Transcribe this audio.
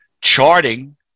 charting